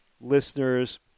listeners